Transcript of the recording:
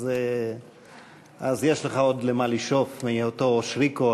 אז יש לך עוד למה לשאוף מאותו אושריקו,